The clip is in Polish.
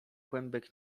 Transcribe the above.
kłębek